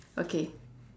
okay